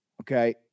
Okay